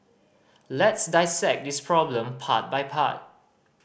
let's dissect this problem part by part